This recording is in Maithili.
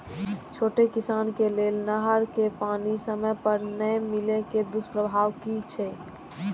छोट किसान के लेल नहर के पानी समय पर नै मिले के दुष्प्रभाव कि छै?